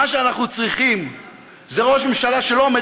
מה שאנחנו צריכים זה לא ראש ממשלה שעומד